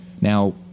now